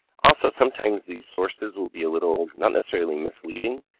also, sometimes these sources will be a little, not necessarily misleading,